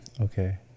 Okay